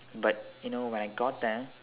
but you know when I got there